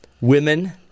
women